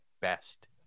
best